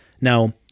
Now